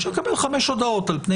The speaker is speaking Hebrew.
אני מעדיף שאזרח יקבל 5 הודעות על פני